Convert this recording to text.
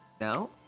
No